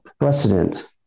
precedent